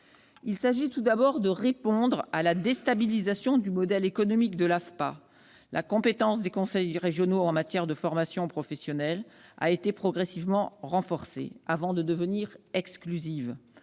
Il s'agit tout d'abord de répondre à la déstabilisation du modèle économique de l'AFPA. La compétence des conseils régionaux en matière de formation professionnelle a été progressivement renforcée, avant de devenir exclusive.